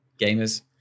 gamers